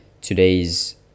today's